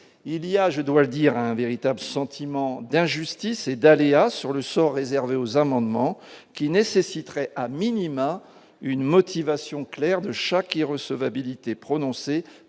il y a, je dois dire un véritable sentiment d'injustice et d'aléas sur le sort réservé aux amendements qui nécessiterait a minima une motivation claire de choc qui recevabilité prononcé